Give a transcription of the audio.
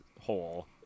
hole